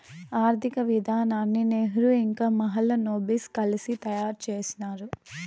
ఆర్థిక విధానాన్ని నెహ్రూ ఇంకా మహాలనోబిస్ కలిసి తయారు చేసినారు